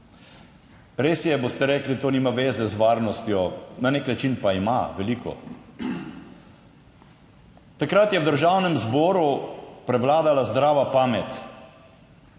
Res je, rekli boste, da to nima zveze z varnostjo, na nek način pa ima, veliko. Takrat je v Državnem zboru prevladala zdrava pamet.